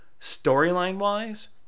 Storyline-wise